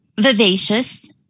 vivacious